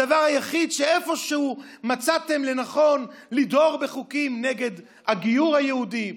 הדבר היחיד שאיפשהו מצאתם לנכון הוא לדהור עם חוקים נגד הגיור היהודי,